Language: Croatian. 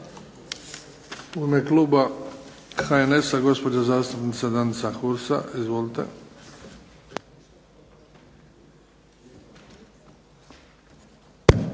ime kluba HNS-a gospođa zastupnica Danica Hursa. Izvolite. **Hursa,